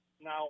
now